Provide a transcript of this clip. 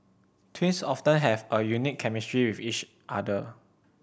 twins often have a unique chemistry with each other